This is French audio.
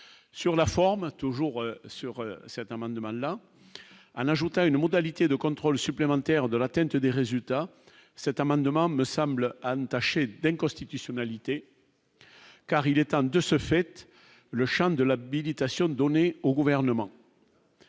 sur la forme, a toujours sur certains amendements là à l'joute à une modalité de contrôle supplémentaires de l'attente des résultats cet amendement me semble Anne tâcher d'inconstitutionnalité. Car il est temps de ce fait le charme de l'habilitation donnée au gouvernement.